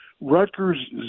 Rutgers